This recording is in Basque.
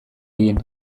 egin